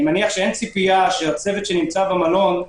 אני מניח שאין ציפייה שהצוות שנמצא במלון,